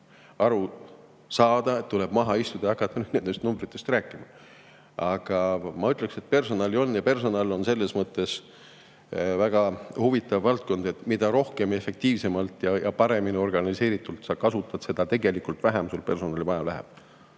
aru saada, et tuleb maha istuda ja hakata nendest numbritest rääkima. Aga ma ütleksin, et personali on. Personal on selles mõttes väga huvitav valdkond, et mida efektiivsemalt ja paremini organiseeritult sa seda kasutad, seda vähem sul personali vaja läheb.